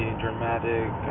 dramatic